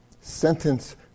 sentence-